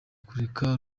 kureka